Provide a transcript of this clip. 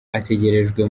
ategerejwe